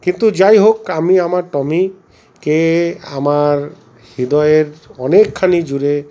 কিন্তু যাই হোক আমি আমার টমিকে আমার হৃদয়ের অনেকখানি জুড়ে